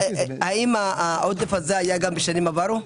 האם העודף הזה היה גם בשנים עברו?